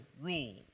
rule